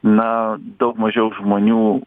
na daug mažiau žmonių